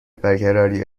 برقراری